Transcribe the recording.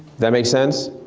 that make sense?